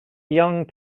young